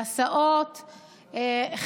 להסעות,